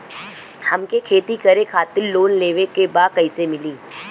हमके खेती करे खातिर लोन लेवे के बा कइसे मिली?